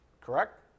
Correct